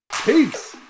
Peace